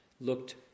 looked